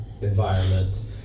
environment